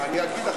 אני אגיד אחריך.